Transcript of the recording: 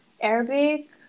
Arabic